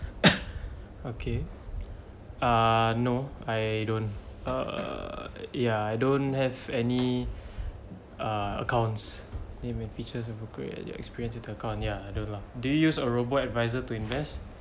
okay ah no I don't err ya I don't have any uh accounts name and features of your career and your experience with the account ya I don't lah do you use a robo-adviser to invest